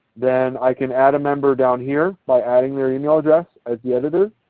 then i can add a member down here by adding their email address as the editor.